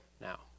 now